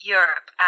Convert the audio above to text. Europe